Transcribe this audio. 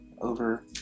over